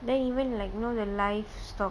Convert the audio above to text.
then even like you know the livestock